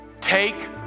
take